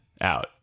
out